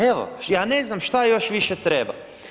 Evo, ja ne znam što još više treba?